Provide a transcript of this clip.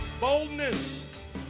boldness